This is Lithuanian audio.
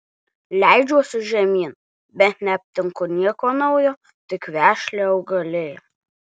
leidžiuosi žemyn bet neaptinku nieko naujo tik vešlią augaliją